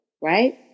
right